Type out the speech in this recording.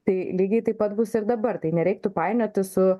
tai lygiai taip pat bus ir dabar tai nereiktų painioti su